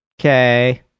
okay